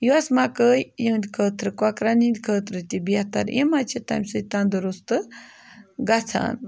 یۄس مکٲے یِہنٛدِ خٲطرٕ کۄکرَن ہِنٛدۍ خٲطرٕ تہِ بہتر یِم حظ چھِ تَمہِ سۭتۍ تَندرُستہٕ گژھان